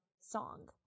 song